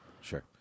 sure